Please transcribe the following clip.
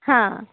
हँ